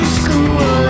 school